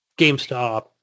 GameStop